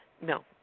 no